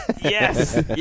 Yes